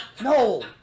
No